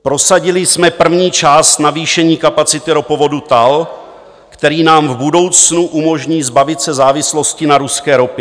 Prosadili jsme první část navýšení kapacity ropovodu TAL, který nám v budoucnu umožní zbavit se závislosti na ruské ropě.